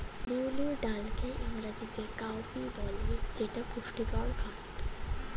বিউলির ডালকে ইংরেজিতে কাউপি বলে যেটা পুষ্টিকর খাদ্য